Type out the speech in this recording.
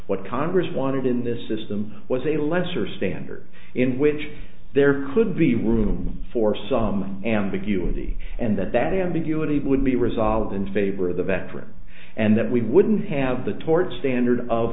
what congress wanted in this system was a lesser standard in which there could be room for some ambiguity and that that ambiguity would be resolved in favor of the veteran and that we wouldn't have the tort standard of